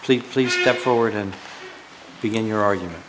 please please step forward and begin your argument